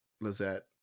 Lizette